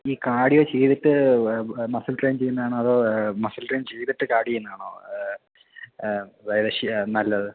ഈ കാഡ്യോ ചെയ്തിട്ട് muscle train ചെയ്യുന്നതാണോ അതോ മസിൽ ട്രേയ്ൻ ചെയ്തിട്ട് കാഡി ചെയ്യുന്നതാണോ വേറേഷ്യ നല്ലത്